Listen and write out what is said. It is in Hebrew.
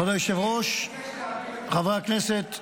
כבוד היושב-ראש, חברי הכנסת,